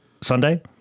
Sunday